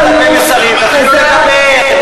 חסר אחריות,